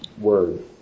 word